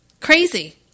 Crazy